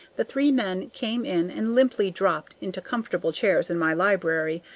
the three men came in and limply dropped into comfortable chairs in my library,